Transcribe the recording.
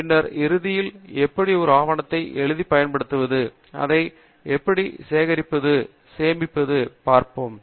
பின்னர் இறுதியில் எப்படி ஒரு ஆவணத்தை எழுதி பயன்படுத்துவது அதை எப்படி சேகரித்து சேமிப்பது என்று பார்ப்போம்